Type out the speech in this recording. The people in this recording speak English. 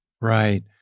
Right